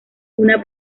una